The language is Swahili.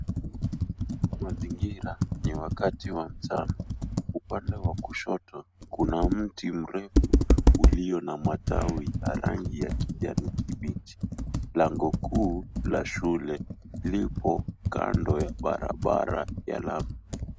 Mazingira ni wakati wa mchana. Upande wa kushoto kuna mti mrefu ulio na matawi ya rangi ya kijani kibichi. Lango kuu la shule lipo kando ya barabara ya lami.